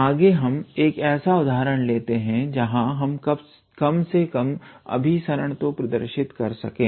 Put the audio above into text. आगे हम एक ऐसा उदाहरण लेते हैं जहां हम कम से कम अभिसरण तो प्रदर्शित कर सकें